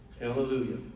Hallelujah